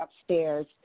upstairs